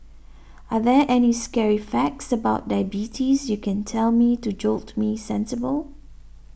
are there any scary facts about diabetes you can tell me to jolt me sensible